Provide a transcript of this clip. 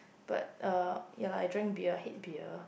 but uh ya lah I drink beer I hate beer